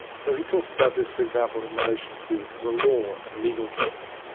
so he talks about this, for example, in relation to the law and legal judgment.